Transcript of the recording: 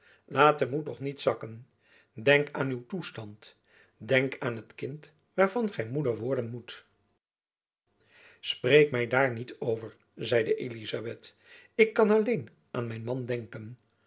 den moed toch niet zakken denk aan uw toestand denk aan het kind waarvan gy moeder worden moet spreek my daar niet over zeide elizabeth ik kan alleen aan mijn man denken